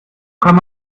kann